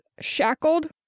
shackled